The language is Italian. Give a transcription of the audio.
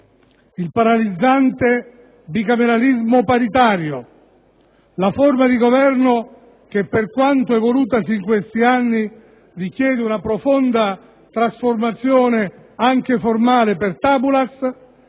il paralizzante bicameralismo paritario, la forma di governo, che per quanto evolutasi in questi anni richiede una profonda trasformazione anche formale *per tabulas*,